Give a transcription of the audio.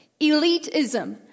elitism